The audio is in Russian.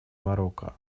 марокко